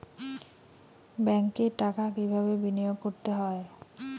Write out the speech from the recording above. ব্যাংকে টাকা কিভাবে বিনোয়োগ করতে হয়?